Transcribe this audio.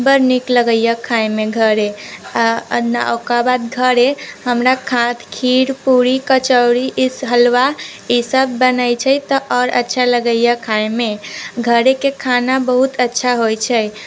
बड़ नीक लगैए खायमे घरे आ ना ओकर बाद घरे हमरा खाइत खीर पूरी कचौड़ी ई हलुआ ईसभ बनैत छै तऽ आओर अच्छा लगैए खायमे घरेके खाना बहुत अच्छा होइत छै